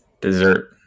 Dessert